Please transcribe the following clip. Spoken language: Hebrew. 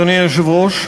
אדוני היושב-ראש,